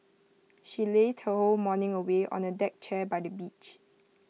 she lazed her whole morning away on A deck chair by the beach